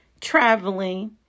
traveling